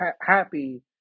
happy